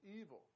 evil